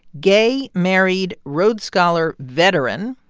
gay, married, rhodes scholar, veteran.